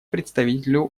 представителю